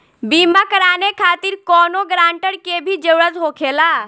बीमा कराने खातिर कौनो ग्रानटर के भी जरूरत होखे ला?